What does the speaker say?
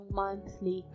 monthly